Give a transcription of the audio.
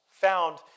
found